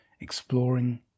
exploring